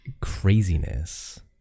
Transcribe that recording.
craziness